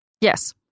Yes